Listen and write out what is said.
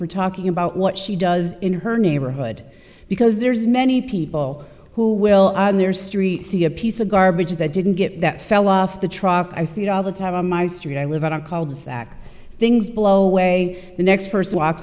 for talking about what she does in her neighborhood the because there's many people who will on their street see a piece of garbage that didn't get that fell off the truck i see it all the time on my street i live in a cul de sac things blow away the next person walk